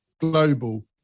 global